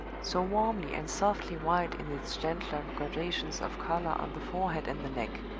so warmly and softly white in its gentler gradations of color on the forehead and the neck.